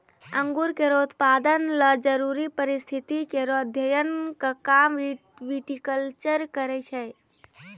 अंगूर केरो उत्पादन ल जरूरी परिस्थिति केरो अध्ययन क काम विटिकलचर करै छै